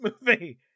movie